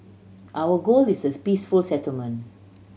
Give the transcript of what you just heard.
our goal is this peaceful settlement